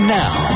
now